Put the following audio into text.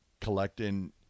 collecting